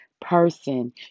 person